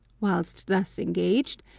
whilst thus engaged,